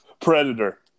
Predator